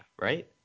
Right